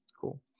cool